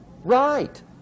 Right